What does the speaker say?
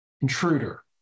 intruder